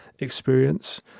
experience